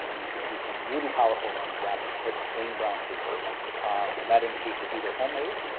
you can see some really powerful ones wrapped in plain brown paper and that indicates it's either homemade,